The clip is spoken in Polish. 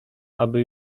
aby